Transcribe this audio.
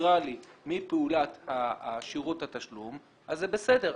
אינטגרלי מפעולת שירות התשלום, אז זה בסדר.